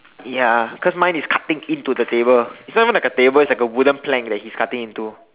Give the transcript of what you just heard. ya cause mine is cutting into the table it's not even like a table it's like a wooden plank that he's cutting into